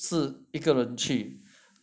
是一个人去